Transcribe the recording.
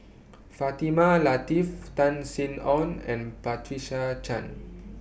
Fatimah Lateef Tan Sin Aun and Patricia Chan